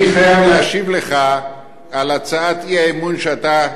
אני חייב להשיב לך על הצעת האי-אמון שאתה העלית.